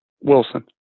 Wilson